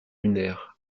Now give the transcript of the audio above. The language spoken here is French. lunaire